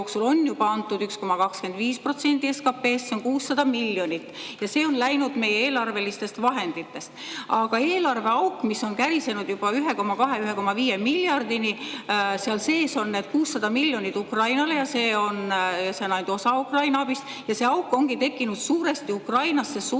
on juba antud 1,25% SKP-st, see on 600 miljonit, ja see on läinud meie eelarve vahenditest. Aga eelarveauk on kärisenud juba 1,2–1,5 miljardini ja seal sees on need 600 miljonit Ukrainale. Ja see on ainult osa Ukraina abist. See auk ongi tekkinud suuresti Ukrainasse suunatava